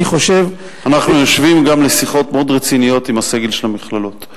אנחנו יושבים לשיחות מאוד רציניות גם עם הסגל של המכללות.